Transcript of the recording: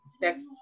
sex